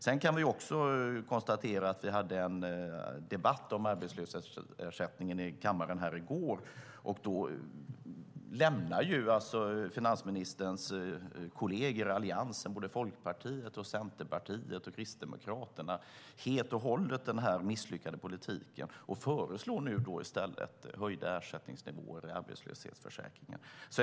Sedan kan vi också konstatera att vi hade en debatt om arbetslöshetsersättningen i kammaren i går och att finansministerns kolleger i Alliansen, såväl Folkpartiet och Centerpartiet som Kristdemokraterna, då helt och hållet lämnade denna misslyckade politik och i stället föreslog höjda ersättningsnivåer i arbetslöshetsförsäkringen.